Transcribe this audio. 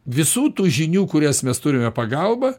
visų tų žinių kurias mes turime pagalba